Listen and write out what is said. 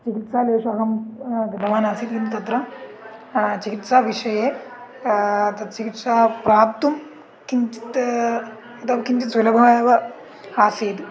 चिकित्सालयेषु अहं गतवान् आसीत् किन्तु तत्र चिकित्साविषये तत् चिकित्सां प्राप्तुं किञ्चित् यदा किञ्चित् सुलभमेव आसीद्